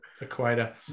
equator